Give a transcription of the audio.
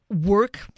work